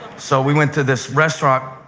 so we went to this restaurant,